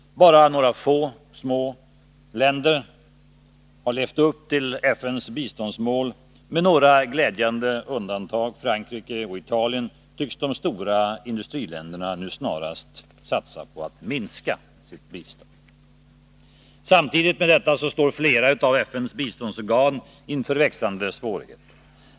Bara några få små länder har levt upp till FN:s biståndsmål. Med några glädjande undantag — Frankrike och Italien — tycks de stora industriländerna nu snarast gå in för en minskning av sitt bistånd. Samtidigt står flera av FN:s biståndsorgan inför växande svårigheter.